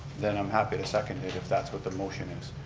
then i'm happy to second it, if that's what the motion is.